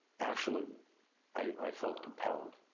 actually i felt compelled.